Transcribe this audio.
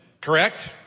Correct